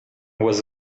was